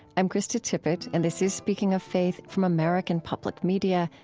i'm krista tippett, and this is speaking of faith from american public media.